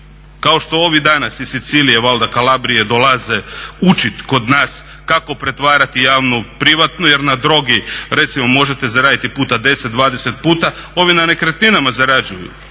Kao što ovih danas iz Sicilije valjda Kalabrije dolaze učiti kod nas kako pretvarati javno u privatno jer na drogi recimo možete zaraditi puta 10, 20 puta, ovi na nekretninama zarađuju